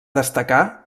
destacar